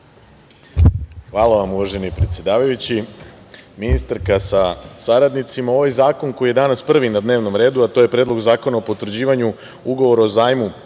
Hvala vam uvaženi predsedavajući. Ministarka sa saradnicima, ovaj zakon koji je danas prvi na dnevnom redu, a to je Predlog zakona o potvrđivanju Ugovora o zajmu